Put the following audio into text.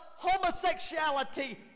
homosexuality